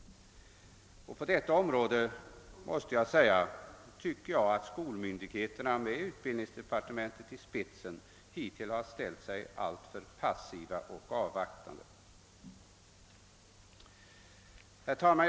På detta område tycker jag: att skolmyndigheterna med utbildningsdepartementet i spetsen hittills har ställt sig alltför passiva och avvaktande. Herr talman!